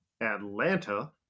Atlanta